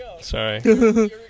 Sorry